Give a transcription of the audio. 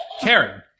Karen